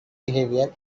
behavior